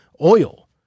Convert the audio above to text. oil